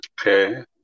okay